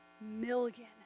million